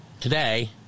today